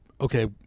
okay